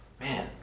Man